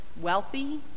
wealthy